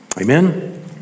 Amen